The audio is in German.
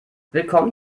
willkommen